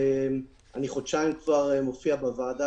אני כבר חודשיים מופיע בוועדה,